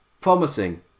promising